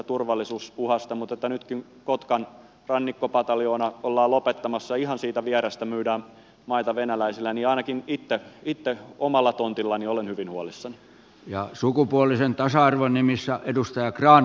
mutta kun nytkin kotkan rannikkopataljoonaa ollaan lopettamassa ja ihan siitä vierestä myydään maita venäläisille niin ainakin itse omalla tontillani olen hyvin huolissani ja sukupuolisen tasa arvon nimissä edustaja grahn